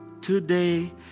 today